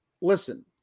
listen